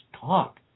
talk